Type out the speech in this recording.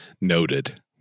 Noted